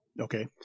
Okay